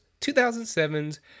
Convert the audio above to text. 2007's